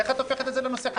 איך את הופכת את זה לנושא חדש?